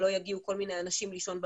לא יגיעו כל מיני אנשים לישון בבית.